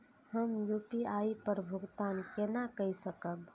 हम यू.पी.आई पर भुगतान केना कई सकब?